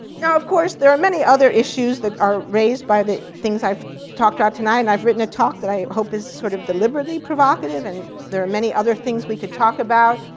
now of course, there are many other issues that are raised by the things i've talked about tonight, and i've written a talk that i hope is sort of deliberately provocative and there are many other things we could talk about.